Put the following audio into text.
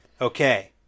Okay